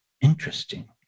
Interesting